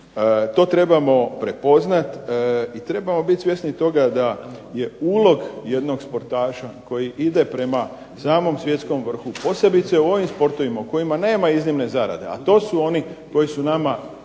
To trebamo prepoznati i trebamo biti svjesni toga da je ulog jednog sportaša koji ide prema samom svjetskom vrhu posebice u ovim sportovima u kojima nema iznimne zarade, a to su oni koji su nama